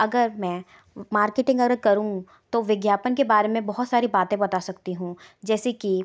अगर मैं मार्केटिंग अर करूँ तो विज्ञापन के बारे में बहुत सारी बातें बता सकती हूँ जैसे कि